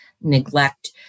neglect